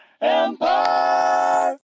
Empire